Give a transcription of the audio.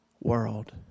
world